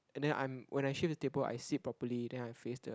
and then I'm when I shift the table I sit properly then I face the